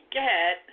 get